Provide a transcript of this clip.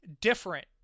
different